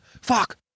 Fuck